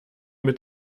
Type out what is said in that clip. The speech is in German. mit